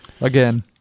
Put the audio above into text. Again